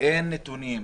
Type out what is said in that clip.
אין נתונים,